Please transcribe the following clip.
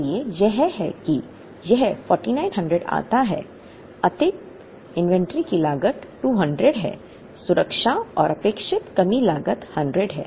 इसलिए यह है कि यह 4900 आता है अतिरिक्त इन्वेंट्री की लागत 200 है सुरक्षा और अपेक्षित कमी लागत 100 है